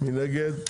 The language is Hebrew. מי נגד?